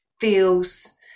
feels